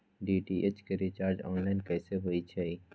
DTH के recharge online कैसे होईछई?